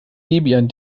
debian